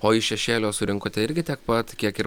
o iš šešėlio surinkote irgi tiek pat kiek ir